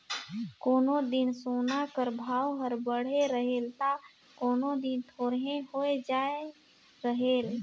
कोनो दिन सोना कर भाव हर बढ़े रहेल ता कोनो दिन थोरहें होए जाए रहेल